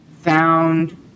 found